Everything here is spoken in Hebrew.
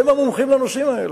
הם המומחים לנושאים האלו,